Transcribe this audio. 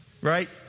Right